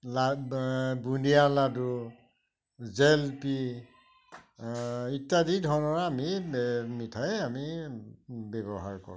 লা আ বুনিয়া লাডু জেলেপি আ ইত্যাদি ধৰণৰ আমি এ মিঠাই আমি ব্যৱহাৰ কৰোঁ